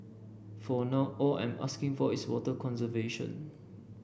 for now all I'm asking for is water conservation